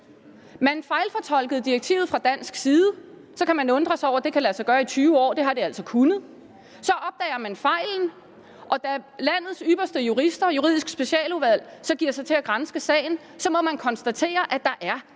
Man fejlfortolkede direktivet fra dansk side – så kan man undre sig over, at det har kunnet lade sig gøre i 20 år, men det har det altså kunnet – så opdagede man fejlen, og da landets ypperste jurister i Juridisk Specialudvalg så gav sig til at granske sagen, måtte man konstatere, at der var